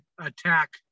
attack